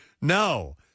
No